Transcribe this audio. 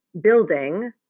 building